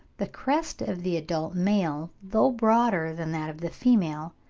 the crest of the adult male, though broader than that of the female,